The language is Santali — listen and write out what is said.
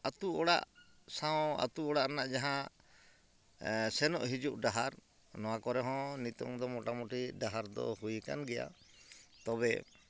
ᱟᱹᱛᱩ ᱚᱲᱟᱜ ᱥᱟᱶ ᱟᱹᱛᱩ ᱚᱲᱟᱜ ᱨᱮᱱᱟᱜ ᱡᱟᱦᱟᱸ ᱥᱮᱱᱚᱜ ᱦᱤᱡᱩᱜ ᱰᱟᱦᱟᱨ ᱱᱚᱣᱟ ᱠᱚᱨᱮ ᱦᱚᱸ ᱱᱤᱛᱚᱝ ᱫᱚ ᱢᱚᱴᱟᱢᱩᱴᱤ ᱰᱟᱦᱟᱨ ᱫᱚ ᱦᱩᱭ ᱠᱟᱱ ᱜᱮᱭᱟ ᱛᱚᱵᱮ